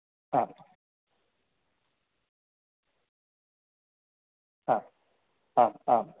आम् आम् आम् आम्